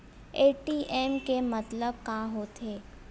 ATM के मतलब का होथे?